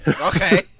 Okay